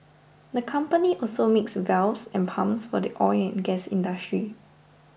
the company also makes valves and pumps for the oil and gas industry